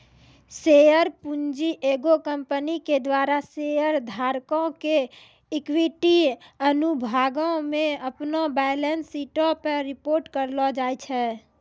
share पूंजी एगो company के द्वारा शेयर धारको के इक्विटी अनुभागो मे अपनो बैलेंस शीटो पे रिपोर्ट करलो जाय छै